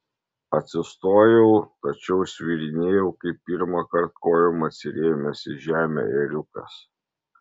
atsistojau tačiau svyrinėjau kaip pirmąkart kojom atsirėmęs į žemę ėriukas